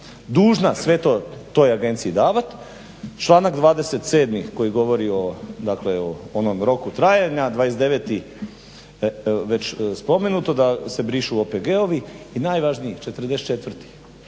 dužna sve to, toj agenciji davat. Članak 27. koji govori, dakle o onom roku trajanje, 29. već spomenuto da se brišu OPG-ovi i najvažniji 44.